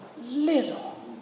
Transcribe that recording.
little